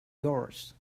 yours